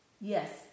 yes